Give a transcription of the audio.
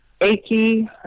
achy